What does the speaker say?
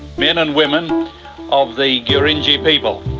men and women of the gurindji people,